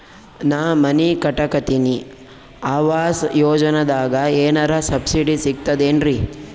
ನಾ ಮನಿ ಕಟಕತಿನಿ ಆವಾಸ್ ಯೋಜನದಾಗ ಏನರ ಸಬ್ಸಿಡಿ ಸಿಗ್ತದೇನ್ರಿ?